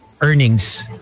earnings